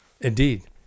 Indeed